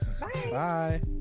Bye